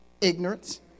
ignorance